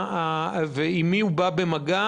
ועם מי הוא בא במגע?